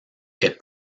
est